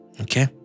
Okay